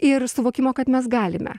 ir suvokimo kad mes galime